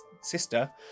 sister